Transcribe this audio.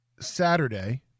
Saturday